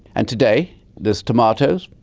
and today there's tomatoes,